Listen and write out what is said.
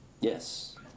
Yes